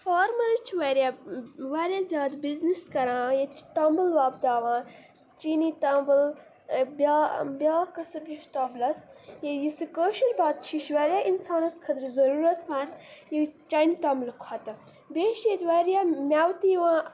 farmers چھِ واریاہ واریاہ زیادٕ بِزنِس کَران ییٚتہِ چھِ توٚمُل وۄپداوان چینی توٚمُل بیا بیٛاکھ قٕسٕم تہِ چھُ توٚملَس یُس یہِ کٲشِر بتہٕ چھُ یہِ چھُ واریاہ اِنسانَس خٲطرٕ ضروٗرَت منٛد یہِ چَٮ۪نٛدِ توٚملہٕ کھۄتہٕ بیٚیہِ چھِ ییٚتہِ واریاہ مٮ۪وٕ تہِ یِوان